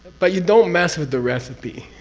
but you don't mess with the recipe.